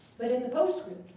but in the postscript,